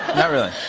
not really.